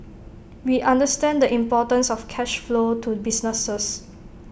we understand the importance of cash flow to businesses